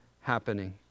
happening